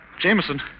Jameson